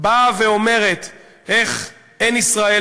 באה ואומרת איך אין ישראל,